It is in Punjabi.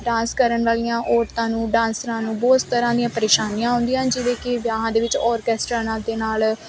ਡਾਂਸ ਕਰਨ ਵਾਲੀਆਂ ਔਰਤਾਂ ਨੂੰ ਡਾਂਸਰਾਂ ਨੂੰ ਬਹੁਤ ਤਰ੍ਹਾਂ ਦੀਆਂ ਪਰੇਸ਼ਾਨੀਆਂ ਆਉਂਦੀਆਂ ਜਿਹਦੇ ਕਿ ਵਿਆਹਾਂ ਦੇ ਵਿੱਚ ਆਰਕੈਸਟਰਾ ਨਾਲ ਦੇ ਨਾਲ